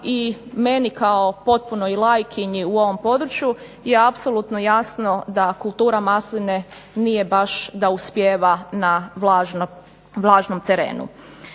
i meni kao potpunoj laikinji u ovom području je apsolutno jasno da kultura masline nije baš da uspijeva na vlažnom terenu.